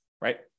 right